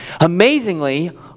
Amazingly